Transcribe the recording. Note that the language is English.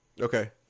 Okay